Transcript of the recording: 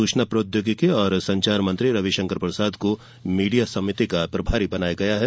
सूचना प्रौद्योगिकी और संचार मंत्री रविशंकर प्रसाद को मीडिया समिति का प्रभारी बनाया गया है